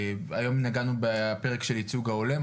היום נגענו בפרק של ייצוג הולם.